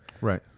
Right